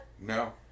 No